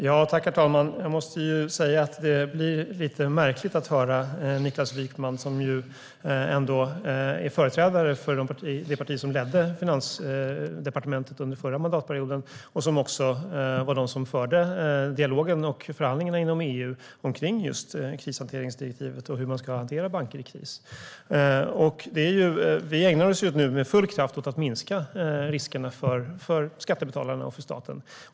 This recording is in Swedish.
Herr talman! Jag måste säga att det blir lite märkligt att höra på Niklas Wykman, som ändå är företrädare för det parti som ledde Finansdepartementet under förra mandatperioden och förde dialogen med och förhandlingarna inom EU om just krishanteringsdirektivet och hur man ska hantera banker i kris. Vi ägnar oss nu med full kraft åt att minska riskerna för skattebetalarna och staten.